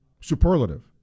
Superlative